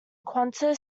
qantas